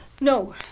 No